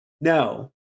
No